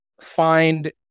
find